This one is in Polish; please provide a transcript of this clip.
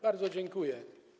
Bardzo dziękuję.